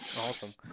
Awesome